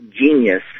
genius